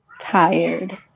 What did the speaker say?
tired